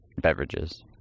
beverages